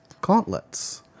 gauntlets